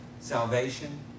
Salvation